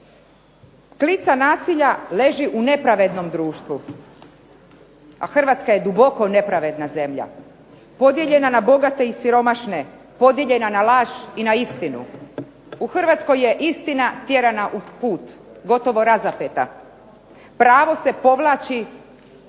Klica nasilja leži u nepravednom društvu, a Hrvatska je duboko nepravedna zemlja podijeljena na bogate i siromašne, podijeljena na laž i na istinu. U Hrvatskoj je istina stjerana u kut, gotovo razapeta. Pravo se povlači